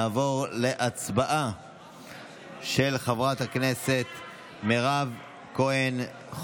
נעבור להצעה של חברת הכנסת מירב כהן,